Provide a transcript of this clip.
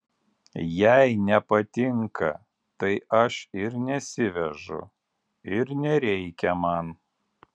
jei nepatinka tai aš ir nesivežu ir nereikia man